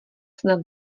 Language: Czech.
snad